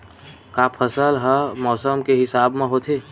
का फसल ह मौसम के हिसाब म होथे?